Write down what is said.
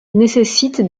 nécessite